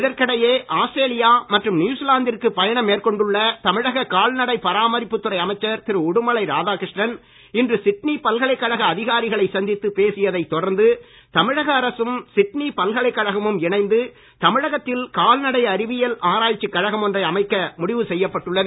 இதற்கிடையே ஆஸ்திரேலியா மற்றும் நியூசிலாந்திற்கு பயணம் மேற்கொண்டுள்ள தமிழக கால்நடைப் பராமரிப்புத் துறை அமைச்சர் திரு உடுமலை ராதாகிருஷ்ணன் இன்று சிட்னி பல்கலைக்கழக அதிகாரிகளை சந்தித்து பேசியதைத் தொடர்ந்து தமிழக அரசும் சிட்னி பல்கலைக்கழகமும் இணைந்து தமிழகத்தில் கால்நடை அறிவியல் ஆராய்ச்சிக் கழகம் ஒன்றை அமைக்க முடிவு செய்யப்பட்டுள்ளது